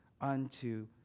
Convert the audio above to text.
unto